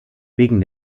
wegen